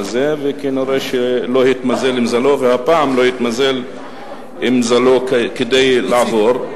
וכנראה לא התמזל מזלו והפעם לא התמזל מזלו כדי לעבור.